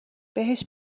بهش